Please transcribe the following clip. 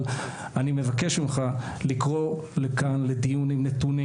אבל אני מבקש ממך לקרוא לדיון עם נתונים,